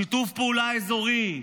שיתוף פעולה אזורי,